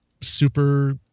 super